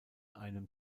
einem